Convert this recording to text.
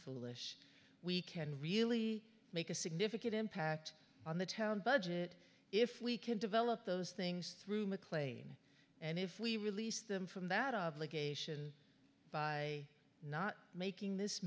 foolish we can really make a significant impact on the town budget if we can develop those things through mclean and if we release them from that obligation by not making this